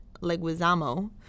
Leguizamo